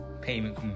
payment